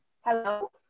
Hello